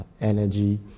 energy